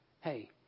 Hey